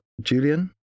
Julian